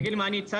אני אגיד מה הצעתי.